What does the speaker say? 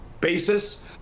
basis